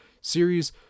series